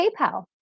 PayPal